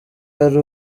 yari